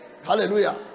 Hallelujah